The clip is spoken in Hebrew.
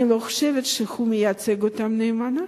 אני לא חושבת שהוא מייצג אותן נאמנה,